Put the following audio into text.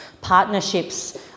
Partnerships